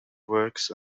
works